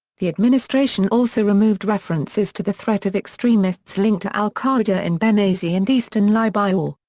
the administration also removed references to the threat of extremists linked to al-qa'ida in benghazi and eastern libya. um